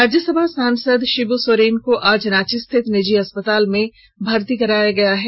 राज्यसभा सांसद शिब् सोरेन को आज रांची स्थित निजी अस्पताल में भर्ती कराया गया है